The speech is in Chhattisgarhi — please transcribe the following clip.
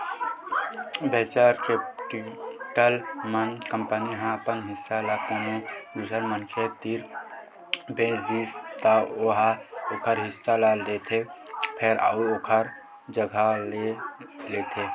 वेंचर केपिटल म कंपनी ह अपन हिस्सा ल कोनो दूसर मनखे तीर बेच दिस त ओ ह ओखर हिस्सा ल लेथे फेर अउ ओखर जघा ले लेथे